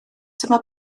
dyma